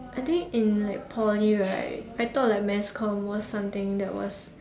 I think in like Poly right I thought like mass com was something that was